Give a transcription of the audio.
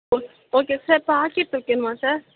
okay okay sir packet வைக்கணுமா sir